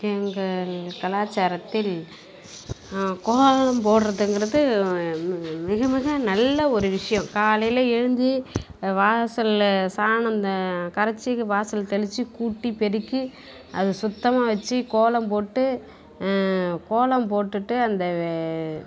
எங்கள் கலாச்சாரத்தில் கோலம் போட்டுறதுங்குறது மிக மிக நல்ல ஒரு விஷயம் காலையில் எழுந்து வாசலில் சாணம் கரச்சு வாசலில் தெளிச்சு கூட்டி பெருக்கி அதை சுத்தமாக வச்சு கோலம் போட்டு கோலம் போட்டுட்டு அந்த வே